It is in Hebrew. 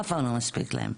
אף פעם לא מספיק להם.